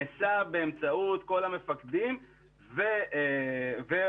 נעשה באמצעות כל המפקדים ואותם,